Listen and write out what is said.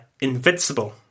invincible